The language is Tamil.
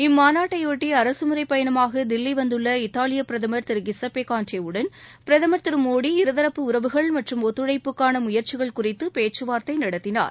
இம்மாநாட்டையொட்டி அரசுமுறைப்பயணமாகதில்லிவந்துள்ள இத்தாலியபிரதமர் திருகிஸ்ஸேப்பேகான்ட்டேவுடன் பிரதமர் திருமோடி இருதரப்பு உறவுகள் மற்றும் ஒத்துழைப்புக்கானமுயற்சிகள் குறித்துபேச்சுவார்த்தைநடத்தினார்